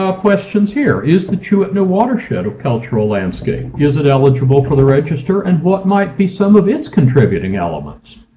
ah questions here. is the ch'u'itnu watershed a cultural landscape? is it eligible for the register, and what might be some of its contributing elements?